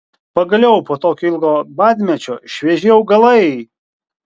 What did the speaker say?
pagaliau po tokio ilgo badmečio švieži augalai